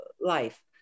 life